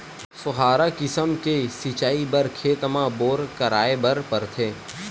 फव्हारा किसम के सिचई बर खेत म बोर कराए बर परथे